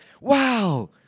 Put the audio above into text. Wow